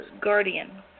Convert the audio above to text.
Guardian